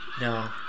No